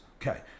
Okay